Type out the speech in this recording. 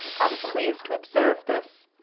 i was pleased to observe this,